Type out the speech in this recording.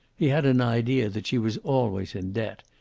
he had an idea that she was always in debt,